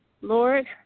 Lord